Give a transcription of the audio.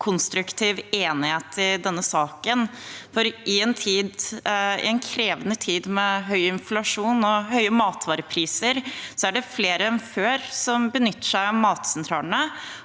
konstruktiv enighet i denne saken. I en krevende tid med høy inflasjon og høye matvarepriser er det flere enn før som benytter seg av matsentralene,